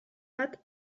bat